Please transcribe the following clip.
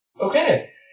Okay